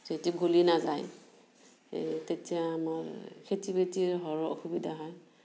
যেতিয়া গলি নাযায় সেই তেতিয়া আমাৰ খেতি বাতিৰ সৰহ অসুবিধা হয়